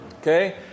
Okay